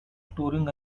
storing